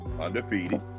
undefeated